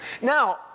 Now